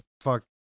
Fuck